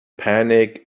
panic